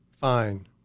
Fine